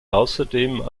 außerdem